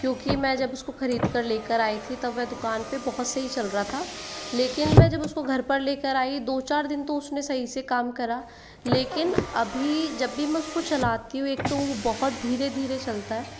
क्योंकि मैं जब उसको खरीद कर लेकर आई थी तब वह दुकान पर बहुत सही चल रहा था लेकिन मैं जब उसको घर पर लेकर आई दो चार दिन तो उसने सही से काम करा लेकिन अभी जब भी मैं उसको चलाती हूँ एक तो वो बहुत धीरे धीरे चलता है